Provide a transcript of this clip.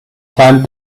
climbed